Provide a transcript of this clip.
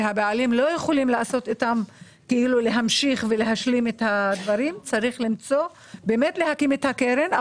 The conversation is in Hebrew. והבעלים לא יכולים להמשיך ולהשלים את הדברים צריך להקים את הקרן,